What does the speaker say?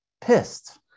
pissed